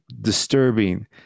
disturbing